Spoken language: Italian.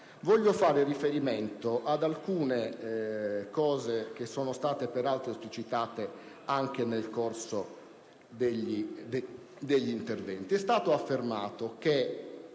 Voglio far riferimento ad alcune questioni, peraltro esplicitate anche nel corso degli interventi. È stato affermato che